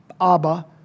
Abba